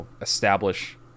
establish